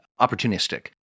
opportunistic